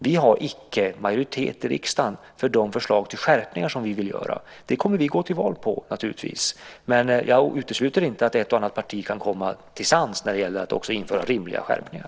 Vi har inte majoritet i riksdagen för de förslag till skärpningar som vi vill genomföra. Det kommer vi naturligtvis att gå till val på, men jag utesluter inte att ett och annat parti också kan komma till sans när det gäller att införa rimliga skärpningar.